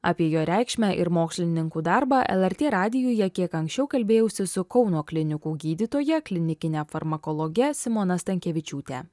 apie jo reikšmę ir mokslininkų darbą lrt radijuje kiek anksčiau kalbėjausi su kauno klinikų gydytoja klinikine farmakologe simona stankevičiūte